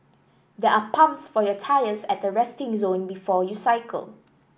there are pumps for your tyres at the resting zone before you cycle